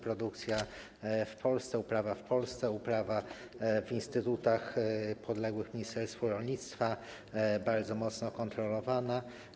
Produkcja w Polsce, uprawa w Polsce, uprawa w instytutach podległych ministerstwu rolnictwa, bardzo mocno kontrolowana.